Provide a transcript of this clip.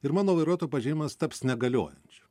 ir mano vairuotojo pažymėjimas taps negaliojančiu